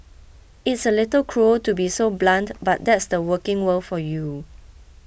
it's a little cruel to be so blunt but that's the working world for you